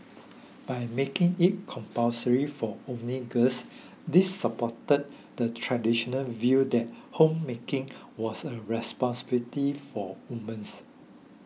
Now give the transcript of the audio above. by making it compulsory for only girls this supported the traditional view that homemaking was a responsibility for women